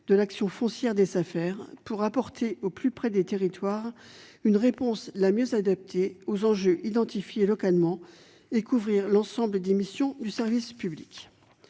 de l'action foncière menée par les Safer pour apporter au plus près des territoires la réponse la plus adaptée aux enjeux identifiés localement et couvrir l'ensemble des missions de service public.